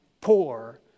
poor